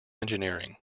engineering